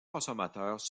consommateurs